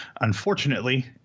Unfortunately